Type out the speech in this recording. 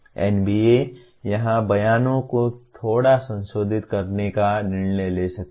NBA यहां बयानों को थोड़ा संशोधित करने का निर्णय ले सकता है